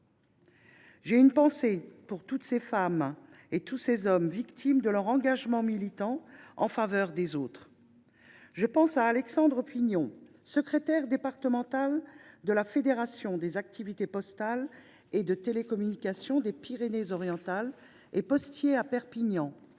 J’ai une pensée pour toutes ces femmes et tous ces hommes victimes de leur engagement militant en faveur des autres. Je pense à Alexandre Pignon, secrétaire départemental de la fédération des activités postales et de télécommunication des Pyrénées Orientales et postier à Perpignan,